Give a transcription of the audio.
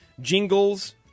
Jingles